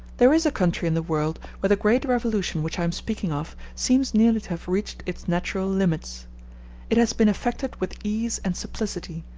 there is a country in the world where the great revolution which i am speaking of seems nearly to have reached its natural limits it has been effected with ease and simplicity,